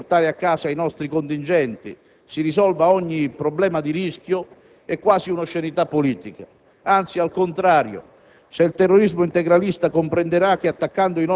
aprendo il dibattito sull'opportunità di riportare a casa i nostri contingenti, si risolva ogni problema di rischio è quasi un'oscenità politica. Anzi, al contrario,